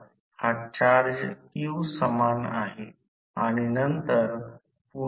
म्हणून induction machine अंकीय सोडवताना त्या अचूक मॉडेलवर विचार करावा लागेल